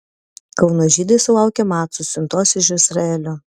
kauno žydai sulaukė macų siuntos iš izraelio